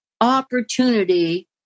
opportunity